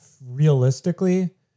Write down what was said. realistically